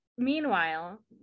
Meanwhile